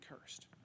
cursed